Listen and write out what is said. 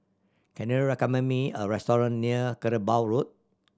can you recommend me a restaurant near Kerbau Road